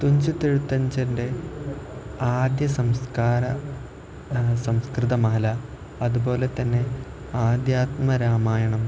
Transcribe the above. തുഞ്ചത്ത് എഴുത്തച്ഛൻ്റെ ആദ്യ സംസ്കൃത മാല അതുപോലെ തന്നെ ആധ്യാത്മ രാമായണം